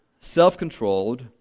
self-controlled